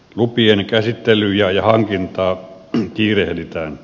lupien käsittelyjä ja hankintaa kiirehditään